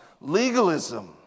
legalism